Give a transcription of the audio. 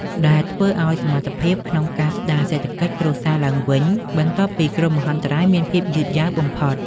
ដែលធ្វើឱ្យសមត្ថភាពក្នុងការស្តារសេដ្ឋកិច្ចគ្រួសារឡើងវិញបន្ទាប់ពីគ្រោះមហន្តរាយមានភាពយឺតយ៉ាវបំផុត។